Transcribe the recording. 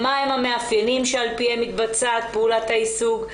מה הם המאפיינים שעל פי הם מתבצעת פעולת היישוג.